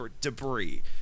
debris